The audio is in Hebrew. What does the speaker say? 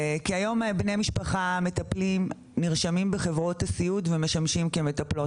כי היום בני משפחה מטפלים נרשמים בחברות הסיעוד ומשמשים כמטפלות.